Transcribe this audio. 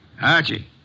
Archie